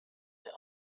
der